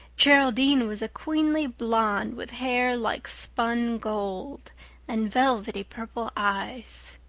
geraldine was a queenly blonde with hair like spun gold and velvety purple eyes.